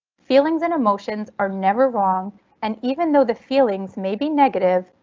feelings and emotions are never wrong and even though the feelings maybe negative,